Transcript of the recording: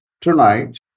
tonight